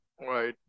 Right